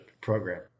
program